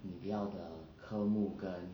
你要的科目跟